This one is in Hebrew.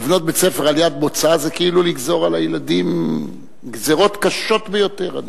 לבנות בית-ספר על-יד בוצה זה כאילו לגזור על הילדים גזירות קשות ביותר.